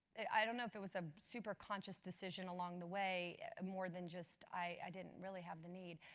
i don't know if it was some super conscious decision along the way more than just i didn't really have the need.